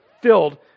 filled